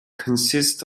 consists